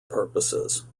purposes